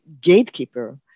gatekeeper